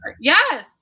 Yes